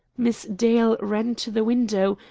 miss dale ran to the window,